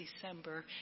December